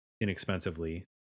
inexpensively